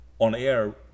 on-air